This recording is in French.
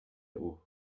eau